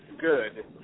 good